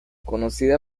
conocida